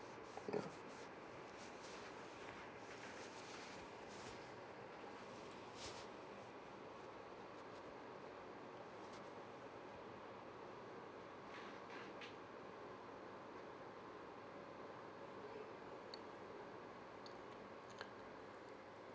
ya